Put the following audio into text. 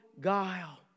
guile